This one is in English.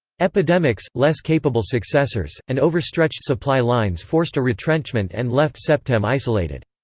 epidemics, less capable successors, and overstretched supply lines forced a retrenchment and left septem isolated.